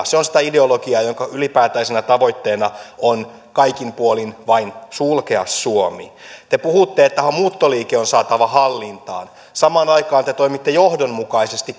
se on sitä ideologiaa jonka ylipäätäisenä tavoitteena on kaikin puolin vain sulkea suomi te puhutte että muuttoliike on saatava hallintaan samaan aikaan te toimitte johdonmukaisesti